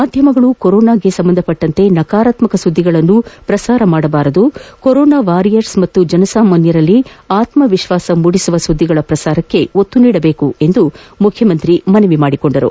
ಮಾಧ್ಯಮಗಳು ಕೊರೊನಾಗೆ ಸಂಬಂಧಿಸಿದಂತೆ ನಕಾರಾತ್ಮಕ ಸುದ್ದಿಗಳನ್ನು ಪ್ರಸಾರ ಮಾಡಬಾರದು ಕೊರೊನಾ ವಾರಿಯರ್ಸ್ ಮತ್ತು ಜನಸಾಮಾನ್ಗರಲ್ಲಿ ಆತ್ಮಿಶ್ವಾಸ ಮೂಡಿಸುವ ಸುದ್ದಿಗಳ ಪ್ರಸಾರಕ್ಷ್ ಒತ್ತು ನೀಡಬೇಕೆಂದು ಮುಖ್ಯಮಂತ್ರಿ ಮನವಿ ಮಾಡಿದ್ದಾರೆ